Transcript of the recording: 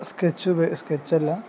sketch സ്കെച്ചല്ല